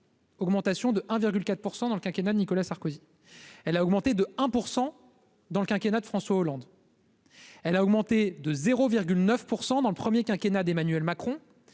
Augmentation de 1,4 % dans le quinquennat de Nicolas Sarkozy, elle a augmenté de 1 % dans le quinquennat de François Hollande. Elle a augmenté de 0,9 % dans le premier quinquennat d'Emmanuel Macron